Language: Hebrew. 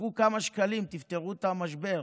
קחו כמה שקלים ותפתרו את המשבר.